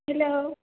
hello